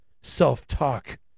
self-talk